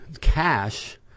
cash